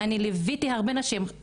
אני ליוויתי הרבה נשים.